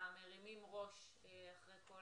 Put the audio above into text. ומרימים ראש אחרי כל